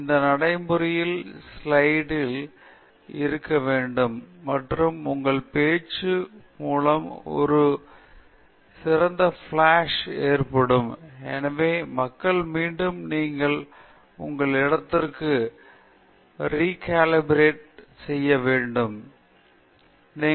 இந்த நடைமுறையில் ஸ்லைடில் இருக்க வேண்டும் மற்றும் உங்கள் பேச்சு மூலம் ஒரு சில முறை ப்ளாஷ் ஏற்படும் எனவே மக்கள் மீண்டும் நீங்கள் உங்கள் இடத்தில் எங்கே தங்கள் பேச்சு ரிகாலிப்ரேட் வேண்டும் அதனால் தான் நாம் இங்கே என்ன செய்வோம் என்று